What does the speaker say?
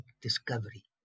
discovery